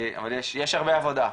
אבל יש הרבה עבודה.